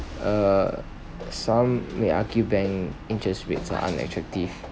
err some may argue bank interest rates are unattractive